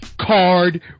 card